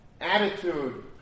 attitude